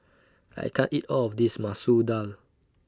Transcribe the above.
I can't eat All of This Masoor Dal